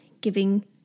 giving